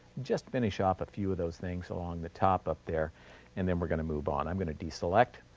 just finish off a few of those things along the top up there and then we're going to move on, i'm going to deselect.